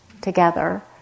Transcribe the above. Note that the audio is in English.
together